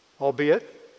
albeit